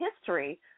history